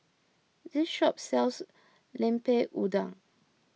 this shop sells Lemper Udang